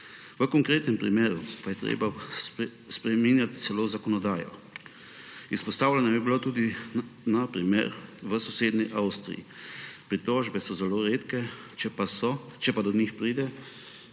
V konkretnem primeru pa je treba spreminjati celo zakonodajo. Izpostavljen je bil primer v sosednji Avstriji. Pritožbe so zelo redke, če pa do njih pride,